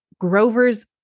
Grover's